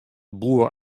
boer